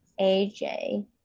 AJ